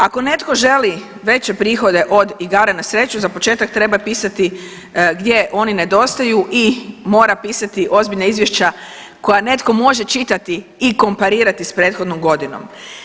Ako netko želi veće prihode od igara na sreću, za početak treba pisati gdje oni nedostaju i mora pisati ozbiljna izvješća koja netko može čitati i komparirati s prethodnom godinom.